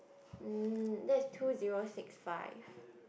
mm that's two zero six five